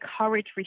encourage